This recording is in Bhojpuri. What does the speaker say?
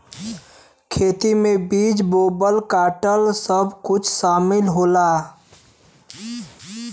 खेती में बीज बोवल काटल सब कुछ सामिल होला